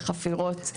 חפירות,